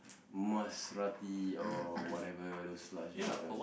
Maserati or whatever those luxury cars